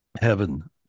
heaven